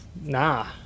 Nah